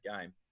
game